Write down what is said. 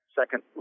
second